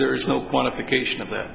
there is no quantification of that